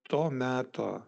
to meto